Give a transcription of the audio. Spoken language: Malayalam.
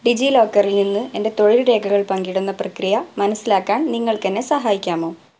ഡിജി ലോക്കറിൽ നിന്ന് എൻ്റെ തൊഴിൽ രേഖകൾ പങ്കിടുന്ന പ്രക്രിയ മനസ്സിലാക്കാൻ നിങ്ങൾക്ക് എന്നെ സഹായിക്കാമോ